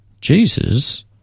Jesus